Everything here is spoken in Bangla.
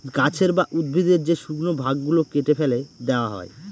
গাছের বা উদ্ভিদের যে শুকনো ভাগ গুলো কেটে ফেলে দেওয়া হয়